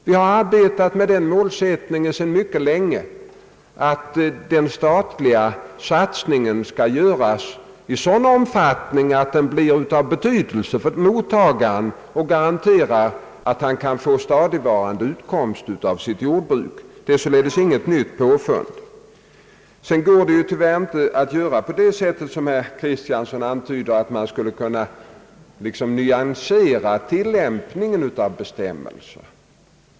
Vi har sedan mycket länge arbetat med den målsättningen att den statliga satsningen skall göras i sådan omfattning att den blir av betydelse för mottagaren och garanterar att han kan få stadigvarande inkomst av sitt jordbruk. Det är således inget nytt påfund. Sedan går det tyvärr inte att göra på det sätt som herr Kristiansson antyder — att man skulle kunna liksom nyansera tillämpningen av bestämmelserna.